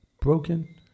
broken